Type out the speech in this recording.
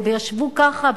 וישבו ככה,